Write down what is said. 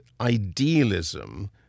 idealism